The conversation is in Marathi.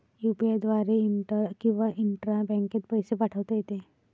यु.पी.आय द्वारे इंटर किंवा इंट्रा बँकेत पैसे पाठवता येते